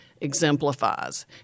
exemplifies